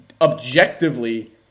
objectively